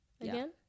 again